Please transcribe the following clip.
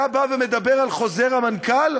אתה בא ומדבר על חוזר המנכ"ל,